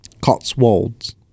Cotswolds